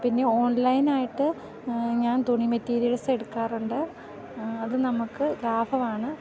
പിന്നെ ഓൺലൈനായിട്ട് ഞാൻ തുണി മെറ്റീരിയൽസെടുക്കാറുണ്ട് അത് നമുക്ക് ലാഭമാണ്